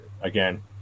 again